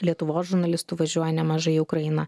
lietuvos žurnalistų važiuoja nemažai į ukrainą